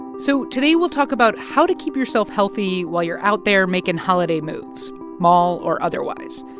so today we'll talk about how to keep yourself healthy while you're out there making holiday moves, mall or otherwise,